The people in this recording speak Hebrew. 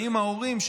באים ההורים,